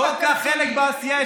בוא, קח חלק בעשייה.